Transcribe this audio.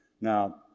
now